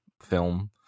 film